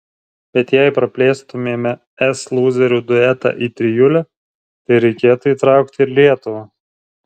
bet jei praplėstumėme es lūzerių duetą į trijulę tai reikėtų įtraukti ir lietuvą